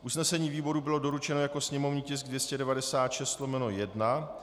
Usnesení výboru bylo doručeno jako sněmovní tisk 296/1.